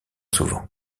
souvent